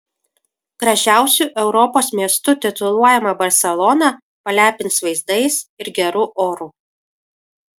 gražiausiu europos miestu tituluojama barselona palepins vaizdais ir geru oru